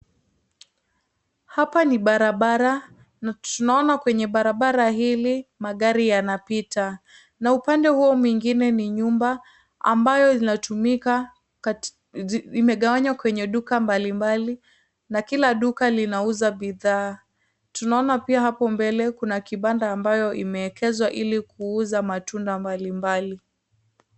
Hapa ni barabara na tunaona kwenye barabara hili magari yanapita. Na upande huo mwingine ni nyumba ambayo zinatumika kati imegawanywa kwenye duka mbalimbali na kila duka linauza bidhaa. Tunaoan hapo mbele kuna kibanda ambayo imeekezwa ili kuuza matunda mbalimbali.